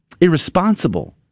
irresponsible